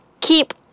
keep